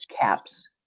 caps